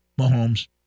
Mahomes